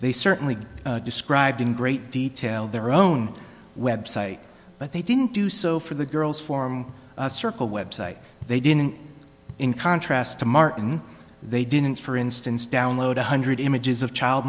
they certainly described in great detail their own website but they didn't do so for the girls form a circle website they didn't in contrast to martin they didn't for instance download one hundred images of child